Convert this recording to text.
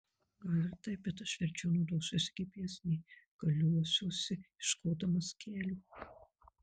gal ir taip bet aš verčiau naudosiuosi gps nei galuosiuosi ieškodamas kelio